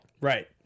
right